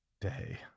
day